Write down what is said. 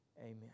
Amen